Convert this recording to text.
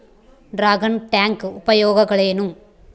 Dragon tank ಉಪಯೋಗಗಳೇನು?